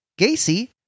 Gacy